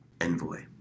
Envoy